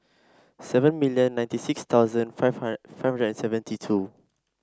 seven million ninety six thousand five hundred and seventy two